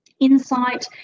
insight